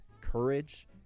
courage